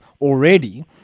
already